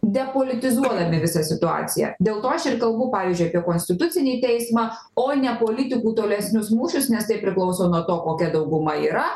depolitizuodami visą situaciją dėl to aš ir kalbu pavyzdžiui apie konstitucinį teismą o ne politikų tolesnius mūšius nes tai priklauso nuo to kokia dauguma yra